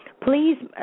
please